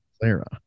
Clara